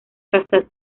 casa